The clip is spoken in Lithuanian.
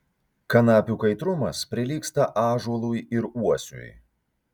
kanapių kaitrumas prilygsta ąžuolui ir uosiui